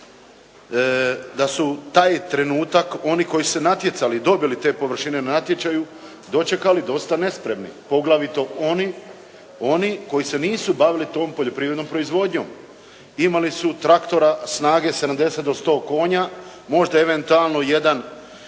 da su taj trenutak oni koji su se natjecali dobili te površine na natječaji dočekali dosta nespremni, poglavito oni koji se nisu bavili tom poljoprivrednom proizvodnjom. Imali su traktora snage 70 do 100 konja, možda eventualno jedan